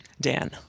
Dan